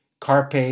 Carpe